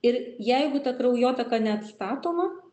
ir jeigu ta kraujotaka neatstatoma